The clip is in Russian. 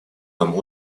нам